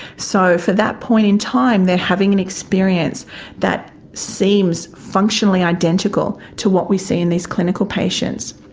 so for that point in time they are having an experience that seems functionally identical to what we see in these clinical patients.